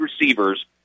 receivers